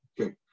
Okay